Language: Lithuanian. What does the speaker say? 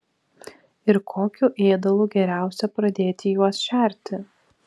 ir kokiu ėdalu geriausia pradėti juos šerti